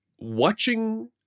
watching